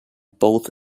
both